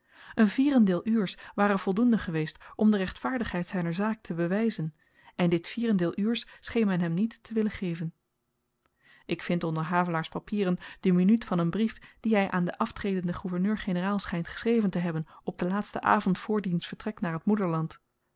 een vierendeel uurs ware voldoende geweest om derechtvaardigheid zyner zaak te bewyzen en dit vierendeel uurs scheen men hem niet te willen geven ik vind onder havelaars papieren de minuut van een brief dien hy aan den aftredenden gouverneur-generaal schynt geschreven te hebben op den laatsten avend voor diens vertrek naar t moederland